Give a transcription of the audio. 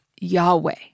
Yahweh